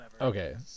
Okay